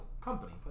company